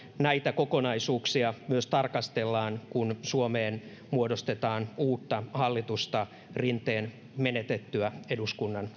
näitä kokonaisuuksia tarkastellaan kun suomeen muodostetaan uutta hallitusta rinteen menetettyä eduskunnan